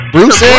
Bruce